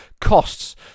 costs